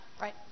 right